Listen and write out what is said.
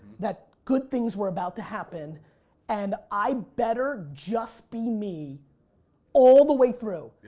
that good things were about to happen and i better just be me all the way through.